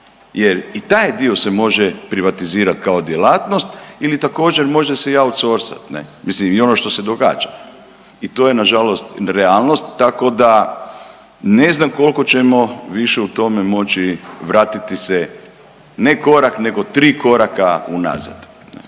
jer i taj dio se može privatizirati kao djelatnost ili također, može se outsourceati, ne? Mislim i ono što se događa. I to je nažalost realnost, tako da ne znam koliko ćemo više u tome moći vratiti se, ne korak nego 3 koraka unazad.